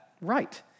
Right